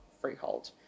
freehold